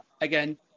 again